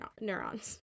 neurons